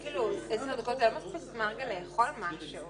אין לנו תופעה כזו.